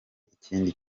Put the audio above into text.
ikindi